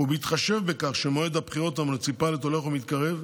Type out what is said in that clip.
ובהתחשב בכך שמועד הבחירות המוניציפליות הולך ומתקרב,